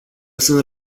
sunt